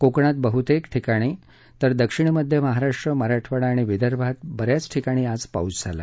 कोकणात बहतेक ठिकाणी तर दक्षिण मध्य महाराष्ट्र मराठवाडा आणि विदर्भात ब याच ठिकाणी आज पाऊस झाला